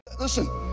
listen